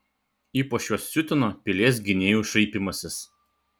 ypač juos siutino pilies gynėjų šaipymasis